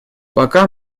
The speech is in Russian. пока